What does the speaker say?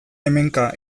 hemenka